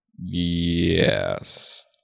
Yes